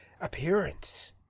appearance